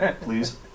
please